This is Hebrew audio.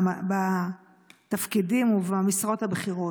בתפקידים ובמשרות הבכירות.